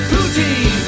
Putin